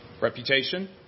Reputation